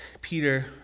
Peter